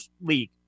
league